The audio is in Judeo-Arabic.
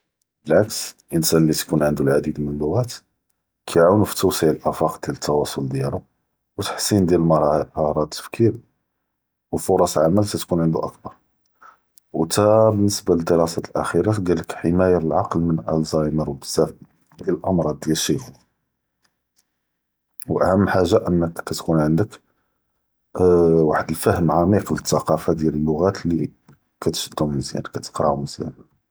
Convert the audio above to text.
בלעכס, לאנסאן אללי תיכון ענדו אלע’דיד דיאל אלאלוגאת, כיעאונו פ תואצול אלאפק דיאל אלתואצול דיאלו, ו ת’ח’ין דיאל מרהא, מהאראת אלתפ’כיר, ו פרס עמל תתכון ענדו אכבר. ו תא בניסבה לדראסת אלאחרונה, געדירכ חימאיה לעקל מן אלזאימר ו בזאף דיאל אלאמרاض דיאל אלשייח’וחה, ו אהם חאגה אננך כתכון ענדכ וחד אלפהם ע’מיק אלת’קאפה דיאל אלאלוגאת אללי כתשד’הום מזיאן כתקראו מזיאן.